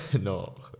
No